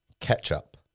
Ketchup